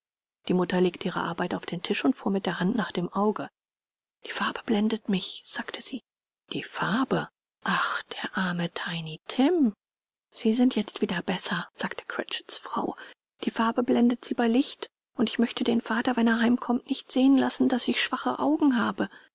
die mutter legte ihre arbeit auf den tisch und fuhr mit der hand nach dem auge die farbe blendet mich sagte sie die farbe ach der arme tiny tim sie sind jetzt wieder besser sagte cratchits frau die farbe blendet sie bei licht und ich möchte den vater wenn er heimkommt nicht sehen lassen daß ich schwache augen habe